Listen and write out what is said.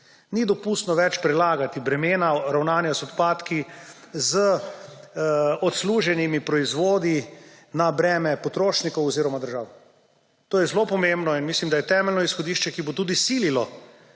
več dopustno prelagati bremena ravnanja z odpadki, z odsluženimi proizvodi na breme potrošnikov oziroma držav. To je zelo pomembno in mislim, da je temeljno izhodišče, ki bo tudi sililo